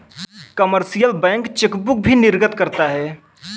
commercial bank chequebook भी निर्गम करता है